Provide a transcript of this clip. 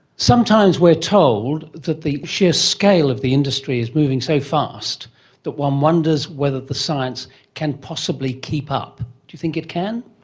sometimes we're told that the sheer scale of the industry is moving so fast that one wonders whether the science can possibly keep up. do you think it can?